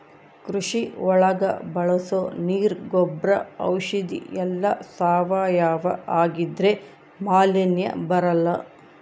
ಕೃಷಿ ಒಳಗ ಬಳಸೋ ನೀರ್ ಗೊಬ್ರ ಔಷಧಿ ಎಲ್ಲ ಸಾವಯವ ಆಗಿದ್ರೆ ಮಾಲಿನ್ಯ ಬರಲ್ಲ